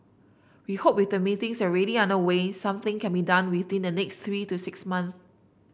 we hope with the meetings already underway something can be done within the next three to six month